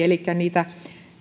elikkä niitä